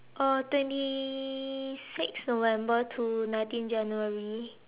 uh twenty six november to nineteen January